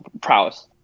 prowess